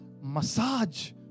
massage